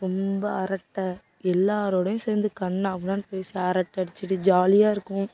ரொம்ப அரட்டை எல்லோரோடையும் சேர்ந்து கன்னாபின்னான்னு பேசி அரட்டை அடிச்சுட்டு ஜாலியாக இருக்கும்